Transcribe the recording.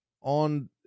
on